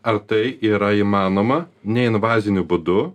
ar tai yra įmanoma neinvaziniu būdu